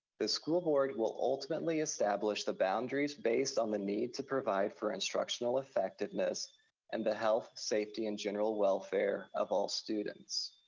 the school board will ultimately establish the boundaries based on the need to provide for instructional effectiveness and the health, safety, and general welfare of all students.